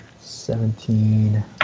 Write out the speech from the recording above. Seventeen